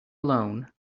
alone